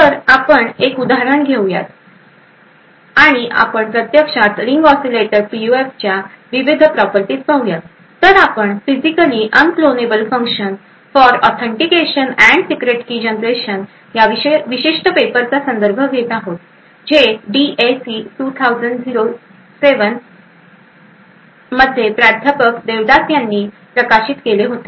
तर आपण एक उदाहरण घेऊयात आणि आपण प्रत्यक्षात रिंग ऑसीलेटर पीयूएफच्या विविध प्रॉपर्टीज पाहूयात तर आपण physically unclonable function for authentication and secret key generation ह्या विशिष्ट पेपरचा संदर्भ घेत आहोत जे डीएसी 2007 मध्ये प्राध्यापक देवदास यांनी प्रकाशित केले होते